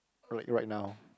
like right now